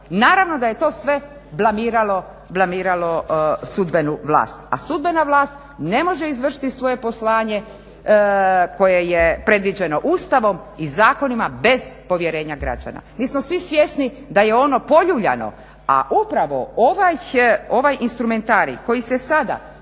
Naravno. da je to sve blamiralo, blamiralo sudbenu vlast, a sudbena vlast ne može izvršiti svoje poslovanje koje je predviđeno Ustavom i zakonima bez povjerenja građana. Mi smo svi svjesni da je ono poljuljano, a upravo ovaj instrumentarij koji se sada